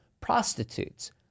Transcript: prostitutes